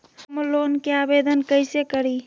Home loan के आवेदन कैसे करि?